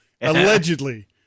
Allegedly